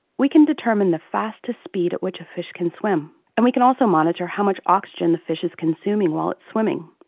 we can determine the fastest speed at which a fish can swim, and we can also monitor how much oxygen the fish is consuming while it's swimming.